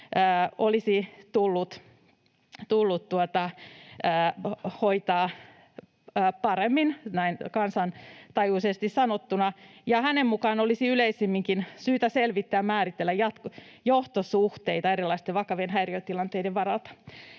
olisi tullut hoitaa paremmin — näin kansantajuisesti sanottuna — ja hänen mukaansa olisi yleisemminkin syytä selvittää ja määritellä johtosuhteita erilaisten vakavien häiriötilanteiden varalta.